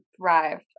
thrive